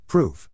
Proof